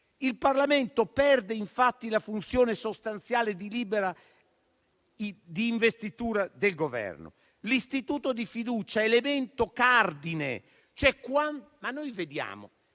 Il Parlamento perde infatti la funzione sostanziale di investitura del Governo e l'istituto di fiducia è un elemento cardine. In questi